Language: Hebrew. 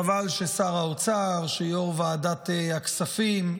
חבל ששר האוצר, שיו"ר ועדת הכספים,